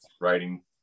writing